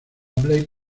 blake